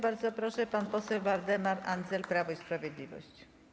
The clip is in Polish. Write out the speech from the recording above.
Bardzo proszę, pan poseł Waldemar Andzel, Prawo i Sprawiedliwość.